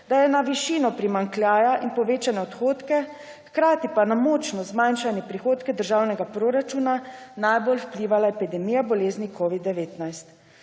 da je na višino primanjkljaja in povečane odhodke, hkrati pa na močno zmanjšane prihodke državnega proračuna najbolj vplivala epidemija bolezni covida-19,